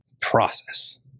process